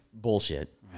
bullshit